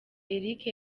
eric